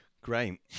Great